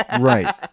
right